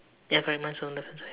ya correct mine's on left hand side